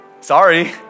sorry